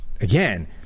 again